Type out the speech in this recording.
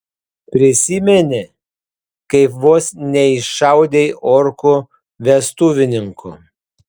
prisimeni kaip vos neiššaudei orkų vestuvininkų